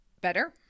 better